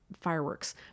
fireworks